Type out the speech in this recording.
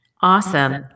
Awesome